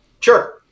Sure